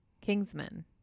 Kingsman